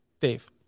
Dave